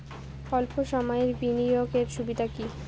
অল্প সময়ের বিনিয়োগ এর সুবিধা কি?